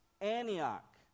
Antioch